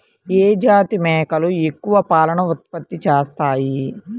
ఏ జాతి మేకలు ఎక్కువ పాలను ఉత్పత్తి చేస్తాయి?